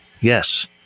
Yes